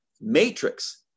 Matrix